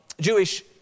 Jewish